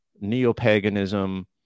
neo-paganism